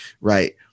right